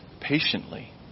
patiently